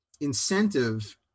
incentive